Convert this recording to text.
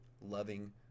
loving